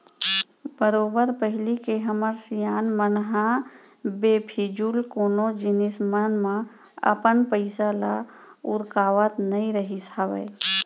बरोबर पहिली के हमर सियान मन ह बेफिजूल कोनो जिनिस मन म अपन पइसा ल उरकावत नइ रहिस हावय